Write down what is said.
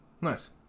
nice